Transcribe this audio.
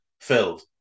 filled